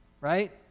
right